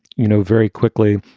you know, very quickly.